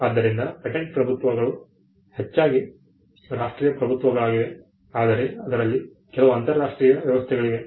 ಆದ್ದರಿಂದ ಪೇಟೆಂಟ್ ಪ್ರಭುತ್ವಗಳು ಹೆಚ್ಚಾಗಿ ರಾಷ್ಟ್ರೀಯ ಪ್ರಭುತ್ವಗಳಾಗಿವೆ ಆದರೆ ಅದರಲ್ಲಿ ಕೆಲವು ಅಂತರರಾಷ್ಟ್ರೀಯ ವ್ಯವಸ್ಥೆಗಳಿವೆ